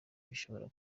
bishobora